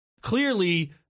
clearly